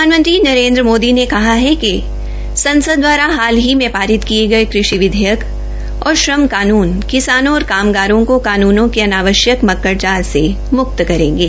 प्रधानमंत्री नरेन्द्र मोदी ने कहा है कि संसद दवारा हाल ही पारित किये गये कृषि विधेयकों और श्रम कानून किसानों और कामगारों को कानूनों के अनावश्यक मक्कड़ जाल से मुक्त करेंगे